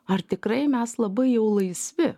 ar tikrai mes labai jau laisvi